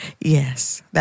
Yes